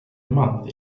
month